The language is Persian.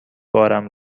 بارم